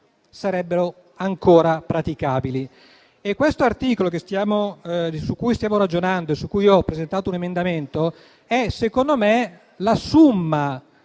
sarebbero ancora praticabili. L'articolo 7 su cui stiamo ragionando e su cui ho presentato un emendamento è, secondo me, la *summa*